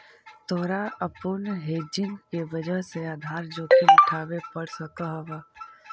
तोरा अपूर्ण हेजिंग के वजह से आधार जोखिम उठावे पड़ सकऽ हवऽ